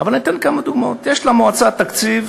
אבל אני אתן כמה דוגמאות: יש למועצה תקציב